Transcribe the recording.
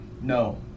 No